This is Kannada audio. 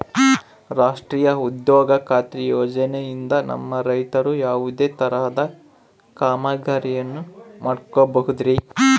ರಾಷ್ಟ್ರೇಯ ಉದ್ಯೋಗ ಖಾತ್ರಿ ಯೋಜನೆಯಿಂದ ನಮ್ಮ ರೈತರು ಯಾವುದೇ ತರಹದ ಕಾಮಗಾರಿಯನ್ನು ಮಾಡ್ಕೋಬಹುದ್ರಿ?